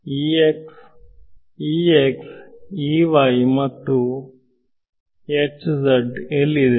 ವಿದ್ಯಾರ್ಥಿ E x ಮತ್ತು ನನ್ನ ಎಲ್ಲಿದೆ